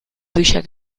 bücher